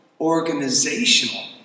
organizational